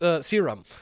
Serum